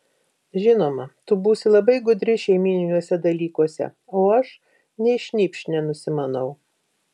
žinoma tu būsi labai gudri šeimyniniuose dalykuose o aš nei šnypšt nenusimanau